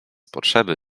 potrzeby